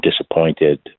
disappointed